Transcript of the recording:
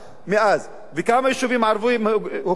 וכמה יישובים ערביים הוקמו?